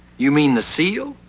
you mean the seal?